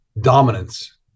dominance